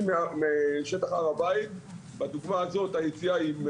אותי להר הבית עד שהגעתי אליו כאדם בוגר,